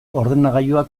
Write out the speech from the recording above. ordenagailua